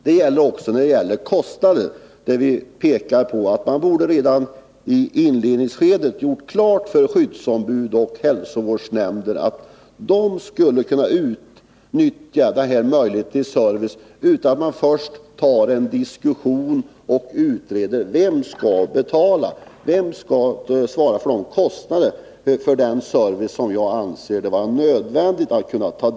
Det gäller också i fråga om kostnaden, där vi pekar på att man redan i inledningsskedet borde göra klart för skyddsombud och hälsovårdsnämnder att de kan utnyttja denna möjlighet till service utan att man först tar en diskussion och utreder vem som skall betala. Vem skall svara för de kostnader som jag tycker är nödvändiga?